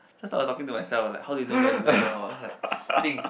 just now I was talking to myself like how do you know when to let go of someone I was like think